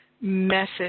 message